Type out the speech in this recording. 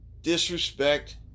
disrespect